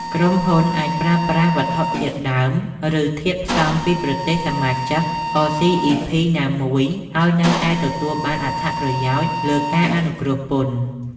ក្រុមហ៊ុនអាចប្រើប្រាស់វត្ថុធាតុដើម ឬធាតុផ្សំពីប្រទេសសមាជិក អ សុី អុី ភី (RCEP)ណាមួយ ហើយនៅតែទទួលបានអត្ថប្រយោជន៍លើការអនុគ្រោះពន្ធ។